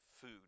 food